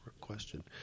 question